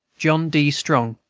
john d. strong,